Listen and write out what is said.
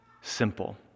simple